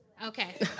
Okay